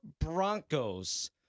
broncos